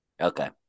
okay